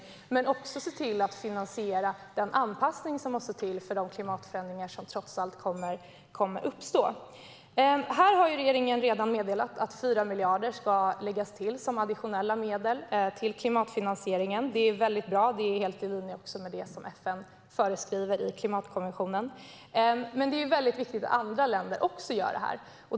Det handlar också om att se till att finansiera den anpassning som måste till i fråga om de klimatförändringar som trots allt kommer att uppstå. Här har regeringen redan meddelat att 4 miljarder ska läggas till som additionella medel till klimatfinansieringen. Det är väldigt bra. Det är helt i linje med det som FN föreskriver i klimatkonventionen. Men det är väldigt viktigt att andra länder också gör det här.